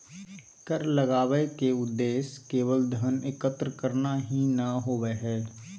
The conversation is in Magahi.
कर लगावय के उद्देश्य केवल धन एकत्र करना ही नय होबो हइ